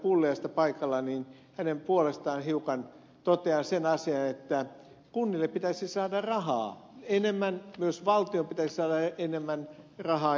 pulliaista paikalla niin hänen puolestaan hiukan totean sen asian että kunnille pitäisi saada rahaa enemmän myös valtion pitäisi saada enemmän rahaa